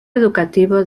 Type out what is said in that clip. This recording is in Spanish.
educativo